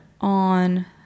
on